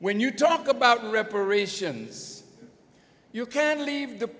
when you talk about reparations you can leave the